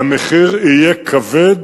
והמחיר יהיה כבד.